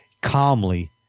calmly